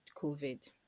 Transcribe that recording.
covid